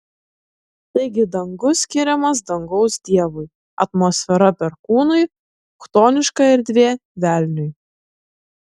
taigi dangus skiriamas dangaus dievui atmosfera perkūnui chtoniška erdvė velniui